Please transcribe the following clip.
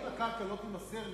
אם הקרקע לא תימסר,